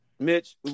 Mitch